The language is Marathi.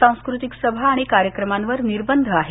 सांस्कृतिक सभा आणि कार्यक्रमांवर निर्बंध आहेत